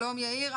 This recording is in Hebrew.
שלום, יאיר.